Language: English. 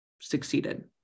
succeeded